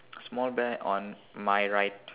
small bear on my right